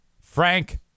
Frank